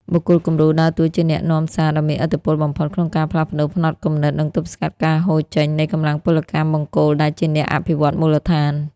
បុគ្គលគំរូដើរតួជាអ្នកនាំសារដ៏មានឥទ្ធិពលបំផុត ក្នុងការផ្លាស់ប្តូរផ្នត់គំនិត និងទប់ស្កាត់ការហូរចេញនៃកម្លាំងពលកម្មបង្គោលដែលជាអ្នកអភិវឌ្ឍមូលដ្ឋាន។